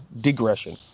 digression